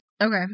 Okay